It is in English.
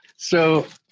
so